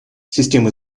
системы